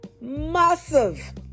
massive